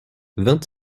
vingt